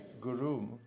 Guru